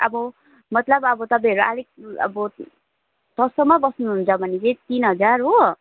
अब मतलब अब तपाईँहरू अलिक अब सस्तोमा बस्नुहुन्छ भने चाहिँ तिन हजार हो